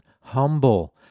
humble